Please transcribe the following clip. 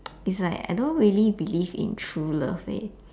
is like I don't really believe in true love leh